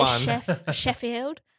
Sheffield